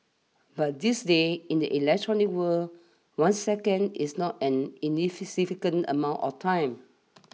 but these days in the electronic world one second is not an amount of time